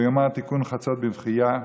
ויאמר תיקון חצות בבכיה,